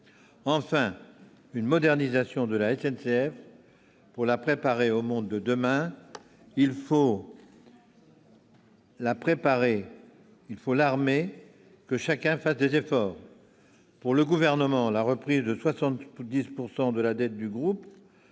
est la modernisation de la SNCF pour la préparer au monde de demain. Il faut l'armer, et chacun devra faire des efforts : au Gouvernement, la reprise de 70 % de la dette du groupe